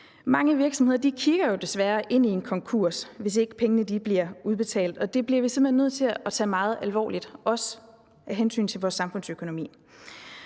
Mange virksomheder kigger desværre ind i en konkurs, hvis ikke pengene bliver udbetalt, og det bliver vi simpelt hen nødt til at tage meget alvorligt, også af hensyn til vores samfundsøkonomi,